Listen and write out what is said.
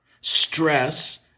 stress